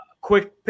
quick